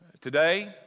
Today